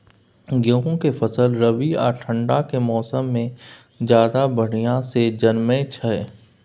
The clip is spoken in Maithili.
गेहूं के फसल रबी आ ठंड के मौसम में ज्यादा बढ़िया से जन्में छै?